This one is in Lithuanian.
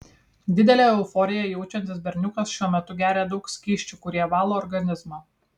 didelę euforiją jaučiantis berniukas šiuo metu geria daug skysčių kurie valo organizmą